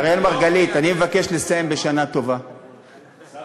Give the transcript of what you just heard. אראל מרגלית, אני מבקש לסיים בשנה טובה לך,